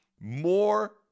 More